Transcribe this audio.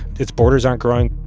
its borders aren't growing.